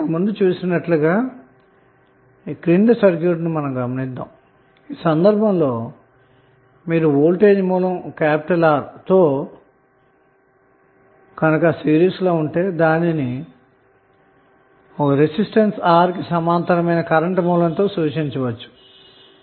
ఇవ్వబడిన సర్క్యూట్ ను గమనిస్తే ఇక్కడ వోల్టేజ్ సోర్స్ గనక రెసిస్టెన్స్ R తో సిరీస్లో ఉంటే దానిని రెసిస్టెన్స్ R కి సమాంతరంగా కరెంటు సోర్స్ తో సూచించాలి అన్న మాట